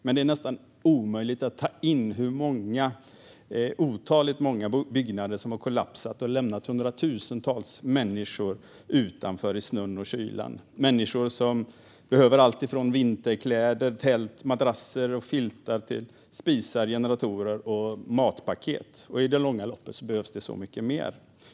Det är dock nästan omöjligt att ta in hur många byggnader som har kollapsat - nästan otaliga - och lämnat hundratusentals människor ute i snön och kylan. Det är människor som behöver alltifrån vinterkläder, tält, madrasser och filtar till spisar, generatorer och matpaket. I det långa loppet behövs också så mycket mer.